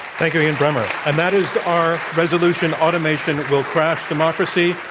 thank you, ian bremmer. and that is our resolution automation will crash democracy.